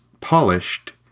polished